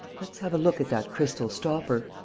let's have a look at that crystal stopper!